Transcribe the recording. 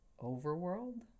overworld